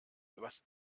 was